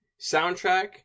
Soundtrack